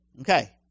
Okay